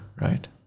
Right